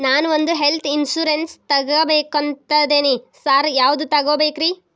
ನಾನ್ ಒಂದ್ health insurance ತಗಬೇಕಂತಿದೇನಿ sir ಯಾವದ ತಗಬೇಕ್ರಿ?